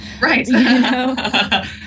Right